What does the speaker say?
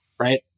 right